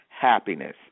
Happiness